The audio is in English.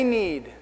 need